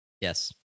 yes